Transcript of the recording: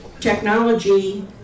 technology